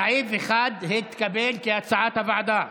סעיף 1, כהצעת הוועדה,